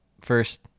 First